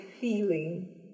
feeling